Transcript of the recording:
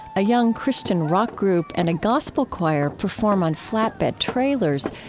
a young christian rock group and a gospel choir perform on flatbed trailers.